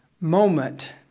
moment